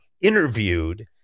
interviewed